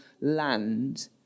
land